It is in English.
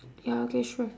ya okay sure